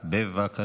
תודה.